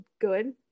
good